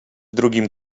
drugim